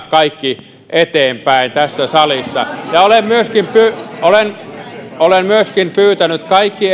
kaikki nyt katso eteenpäin tässä salissa ja olen olen myöskin pyytänyt kaikki